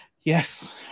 Yes